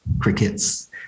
Crickets